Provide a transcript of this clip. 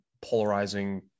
polarizing